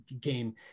game